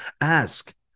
ask